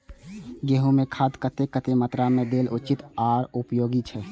गेंहू में खाद कतेक कतेक मात्रा में देल उचित आर उपयोगी छै?